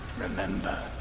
Remember